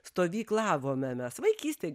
stovyklavome mes vaikystėj